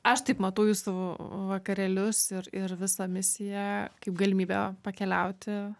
aš taip matau jūsų vakarėlius ir ir visą misiją kaip galimybę pakeliauti